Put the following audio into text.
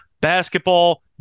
basketball